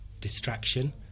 distraction